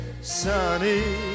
sunny